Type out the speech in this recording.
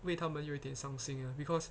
为他们有点伤心 uh because